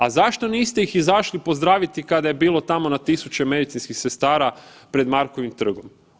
A zašto niste ih izašli pozdraviti kada je bilo tamo na tisuće medicinskih sestara pred Markovim trgom.